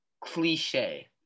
Cliche